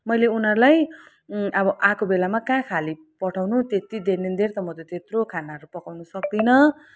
मैले उनीहरूलाई अब आएको बेलामा कहाँ खाली पठाउनु त्यति देन एन्ड दियर म त त्यत्रो खानाहरू पकाउनु सक्दिनँ